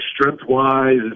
strength-wise